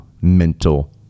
mental